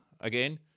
again